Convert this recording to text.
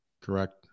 Correct